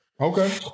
Okay